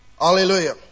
Hallelujah